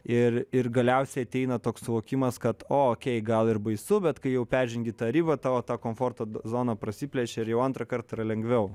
ir ir galiausiai ateina toks suvokimas kad o okei gal ir baisu bet kai jau peržengi tą ribą tavo ta komforto zona prasiplečia ir jau antrąkart yra lengviau